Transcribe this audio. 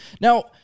Now